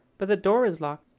but the door is locked.